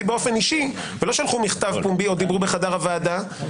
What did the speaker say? באופן אישי ולא שלחו מכתב פומבי או דיברו בחדר הוועדה,